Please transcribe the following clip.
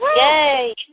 Yay